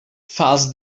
fals